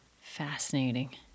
Fascinating